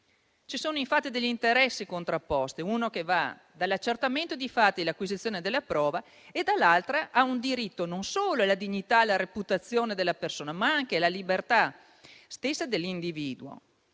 Ci sono, infatti, degli interessi contrapposti: uno è quello che va dall'accertamento dei fatti all'acquisizione della prova, l'altro è il diritto non solo alla dignità e alla reputazione della persona, ma anche alla libertà stessa dell'individuo.